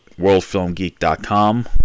worldfilmgeek.com